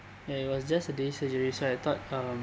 ya it was just a day surgery so I thought um